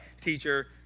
teacher